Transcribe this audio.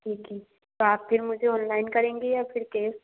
ठीक है तो आप फिर मुझे ऑनलाइन करेंगे या फिर कैश